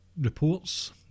reports